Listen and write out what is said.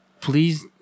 Please